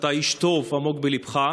שאתה איש טוב עמוק בליבך,